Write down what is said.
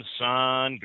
sun